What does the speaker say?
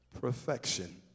perfection